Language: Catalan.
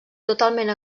totalment